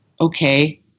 Okay